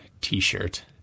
t-shirt